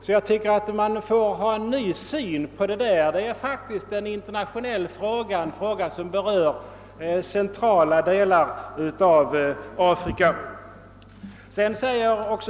Enligt min mening måste man därför ha en ny syn på vad som är »en stats inre angelägenheter». Det här blir faktiskt en internationell fråga som berör centrala delar av Afrika.